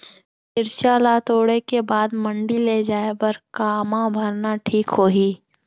मिरचा ला तोड़े के बाद मंडी ले जाए बर का मा भरना ठीक होही?